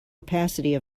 opacity